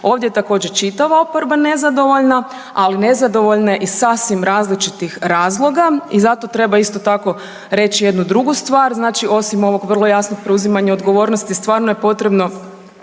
ovdje je također čitava oporba nezadovoljna ali nezadovoljna je iz sasvim različitih razloga i zato treba isto tako reći jednu drugu stvar, znači ovog vrlo jasnog preuzimanja odgovornosti, stvarno je potrebno